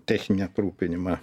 techninį aprūpinimą